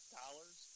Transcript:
dollars